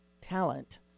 talent